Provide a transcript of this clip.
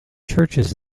churches